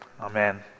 Amen